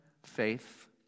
faith